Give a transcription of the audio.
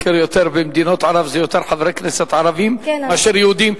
במדינות ערב זה יותר חברי כנסת ערבים מאשר יהודים,